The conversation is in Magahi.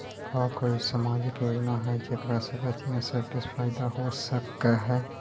का कोई सामाजिक योजना हई जेकरा से बच्चियाँ सब के फायदा हो सक हई?